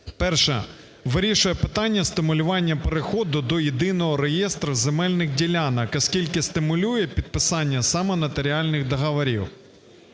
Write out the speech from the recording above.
Перше. Вирішує питання стимулювання переходу до єдиного реєстру земельних ділянок, оскільки стимулює підписання саме нотаріальних договорів.